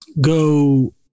go